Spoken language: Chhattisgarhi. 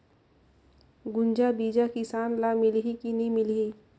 गुनजा बिजा किसान ल मिलही की नी मिलही?